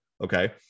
Okay